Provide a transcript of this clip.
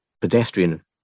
pedestrian